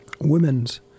women's